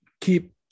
keep